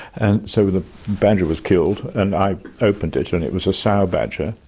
and so the badger was killed and i opened it. yeah and it was a sow badger,